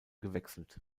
gewechselt